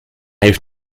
heeft